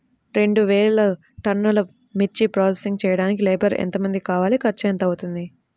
రెండు వేలు టన్నుల మిర్చి ప్రోసెసింగ్ చేయడానికి లేబర్ ఎంతమంది కావాలి, ఖర్చు ఎంత అవుతుంది?